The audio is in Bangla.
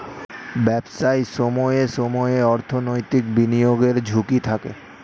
ব্যবসায় সময়ে সময়ে অর্থনৈতিক বিনিয়োগের ঝুঁকি থাকে